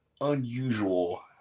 unusual